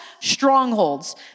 strongholds